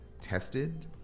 tested